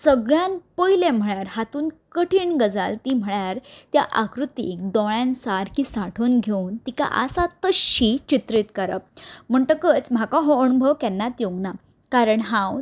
सगल्यान पयलें म्हणल्यार हातून कटीण गजाल ती म्हणल्यार त्या आकृतीक दोळ्यान सारकी सांठोन घेवन तिका आसा तश्शी चित्रीत करप म्हणटकच म्हाका हो अणभव केन्नाच येवंक ना कारण हांव